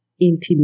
intimate